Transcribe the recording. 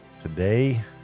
today